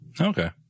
Okay